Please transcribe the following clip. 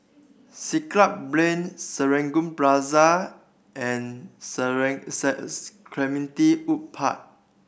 Siglap Plain Serangoon Plaza and Clementi Wood Park